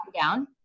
down